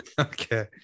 Okay